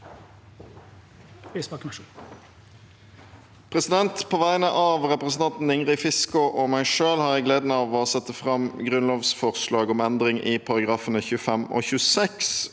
På vegne av re- presentanten Ingrid Fiskaa og meg selv har jeg gleden av å sette fram grunnlovsforslag om endring i §§ 25 og 26